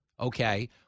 Okay